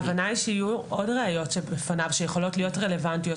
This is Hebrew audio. ההבנה היא שיהיו עוד ראיות שבפניו שיכולות להיות רלוונטיות,